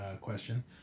question